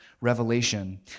Revelation